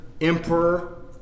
emperor